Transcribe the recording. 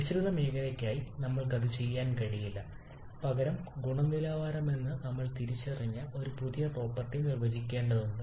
മിശ്രിത മേഖലയ്ക്കായി നമ്മൾക്ക് അത് ചെയ്യാൻ കഴിയില്ല പകരം ഗുണനിലവാരമെന്ന് നമ്മൾ തിരിച്ചറിഞ്ഞ ഒരു പുതിയ പ്രോപ്പർട്ടി നിർവചിക്കേണ്ടതുണ്ട്